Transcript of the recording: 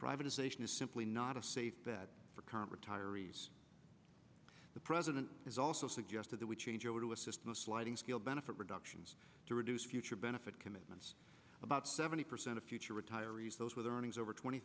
privatization is simply not a safe bet for current retirees the president is also suggested that we change over to a system of sliding scale benefit reductions to reduce future benefit commitments about seventy percent of future retirees those with earnings over twenty